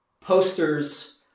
posters